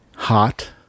hot